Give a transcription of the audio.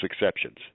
exceptions